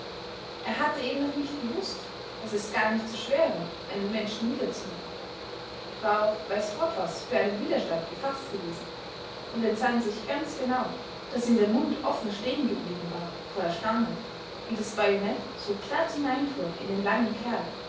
er hatte eben noch nicht gewußt daß es gar nicht so schwer war einen menschen niederzumachen war auf weiß gott was für einen widerstand gefaßt gewesen und entsann sich ganz genau daß ihm der mund offen stehen geblieben war vor erstaunen wie das bajonett so glatt hineinfuhr in den langen kerl